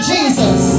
Jesus